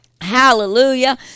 Hallelujah